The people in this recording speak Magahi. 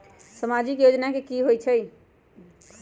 समाजिक योजना की होई छई?